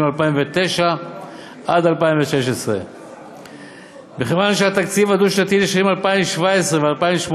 2009 2016. מכיוון שהתקציב הדו-שנתי לשנים 2017 ו-2018,